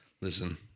Listen